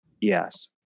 yes